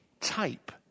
type